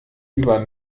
über